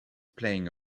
playing